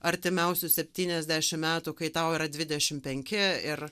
artimiausius septyniasdešim metų kai tau yra dvidešim penki ir